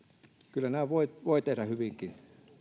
kyllä nämä voi voi tehdä hyvinkin